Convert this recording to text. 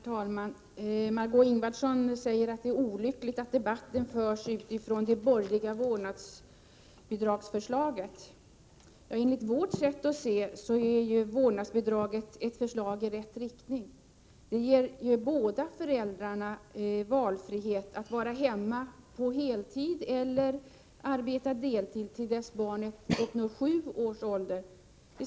Herr talman! Enligt vårt sätt att se är förslaget om vårdnadsbidrag ett förslag i rätt riktning. Det ger båda föräldrarna valfrihet att vara hemma på heltid eller att arbeta deltid till dess att barnet har uppnått sju års ålder.